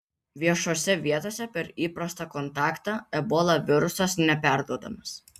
viešose vietose per įprastą kontaktą ebola virusas neperduodamas